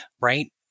Right